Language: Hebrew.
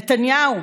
נתניהו,